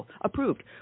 approved